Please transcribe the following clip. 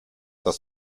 das